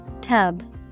Tub